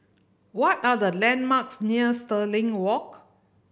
what are the landmarks near Stirling Walk